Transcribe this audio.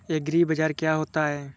एग्रीबाजार क्या होता है?